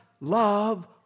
love